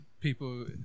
people